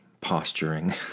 posturing